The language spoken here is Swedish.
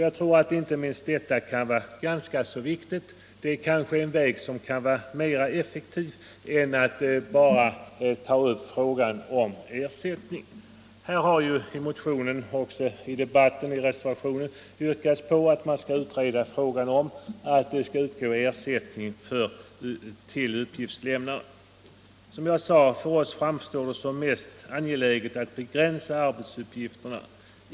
Jag anser att inte minst detta sistnämnda kan vara ganska viktigt — det är kanske en mera effektiv väg med ett kontrollorgan än att bara ta upp frågan om ersättning. I motioner, i reservationen och i debatten har yrkats utredning av frågan om ersättning till uppgiftslämnaren. För oss som står bakom det särskilda yttrandet framstår det som mest angeläget att begränsa arbetsuppgifterna.